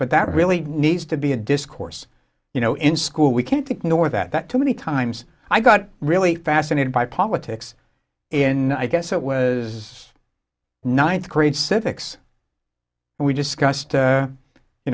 but that really needs to be a discourse you know in school we can't ignore that too many times i got really fascinated by politics in i guess it was ninth grade civics we discussed